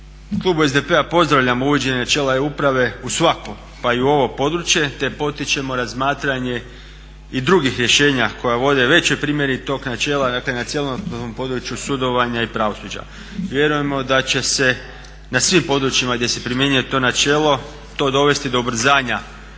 Klub SDP-a pozdravlja uvođenje … uprave u svako pa i u ovo područje, te potičemo razmatranje i drugih rješenja koja vode većoj primjeni tog načela, dakle na cjelokupnom području sudovanja i pravosuđa. Vjerujemo da će se na svim područjima gdje se primjenjuje to načelo to dovesti do ubrzanja